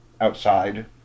outside